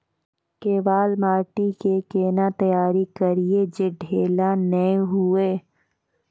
केवाल माटी के कैना तैयारी करिए जे ढेला नैय हुए?